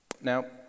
Now